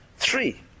three